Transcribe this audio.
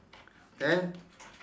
can